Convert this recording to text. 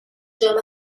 جام